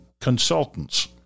consultants